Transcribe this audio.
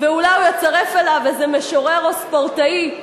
ואולי הוא יצרף אליו איזה משורר או ספורטאי,